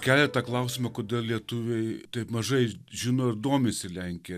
keliat tą klausimą kodėl lietuviai taip mažai žino ir domisi lenkija